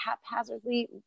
haphazardly